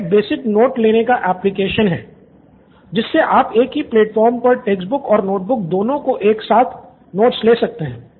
यह एक basic note लेने का एप्लिकेशन है जिससे आप एक ही प्लेटफॉर्म पर टेक्स्ट बुक्स और नोट बुक्स दोनों से एक साथ नोट्स लेने सकते हैं